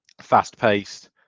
fast-paced